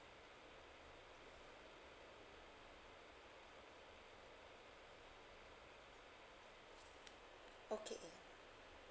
okay